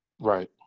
Right